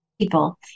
people